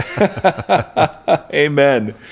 amen